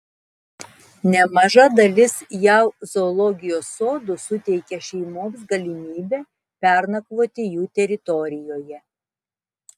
nemaža dalis jav zoologijos sodų suteikia šeimoms galimybę pernakvoti jų teritorijoje